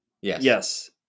Yes